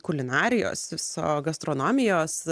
kulinarijos savo gastronomijos